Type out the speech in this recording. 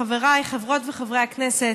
חבריי חברות וחברי הכנסת,